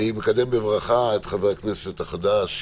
אני מקדם בברכה את חבר הכנסת החדש ישן,